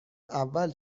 اول